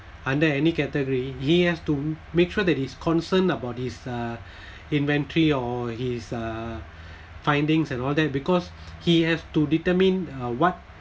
under any category he has to make sure that he's concerned about his uh inventory or his uh findings and all that because he has to determine uh what